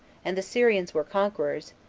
and the syrians were conquerors,